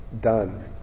done